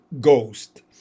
ghost